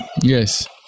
Yes